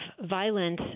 violence